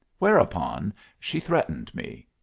whereupon she threatened me.